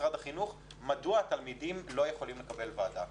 משרד החינוך מדוע תלמידים לא יכולים לקבל ועדה.